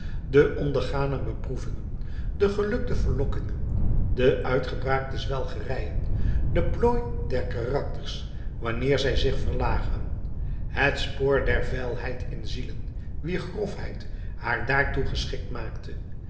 de ondergane beproevingen de gelukte verlokkingen de uitgebraakte zwelgerijen de plooi der karakters wanneer zij zich verlagen het spoor der veilheid in zielen wier grofheid haar daartoe geschikt maakte